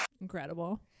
Incredible